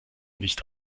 nicht